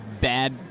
bad